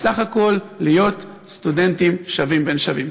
זה בסך הכול להיות סטודנטים שווים בין שווים.